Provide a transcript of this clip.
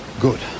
Good